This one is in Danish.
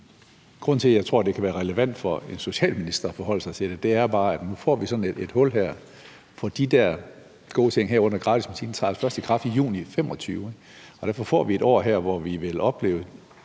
Grunden til, at jeg tror, det kan være relevant for en socialminister at forholde sig til det, er bare, at nu får vi sådan et hul her. For de der gode ting, herunder gratis medicin, træder altså først i kraft i juni 2025, og derfor får vi et år her, hvor vi vil opleve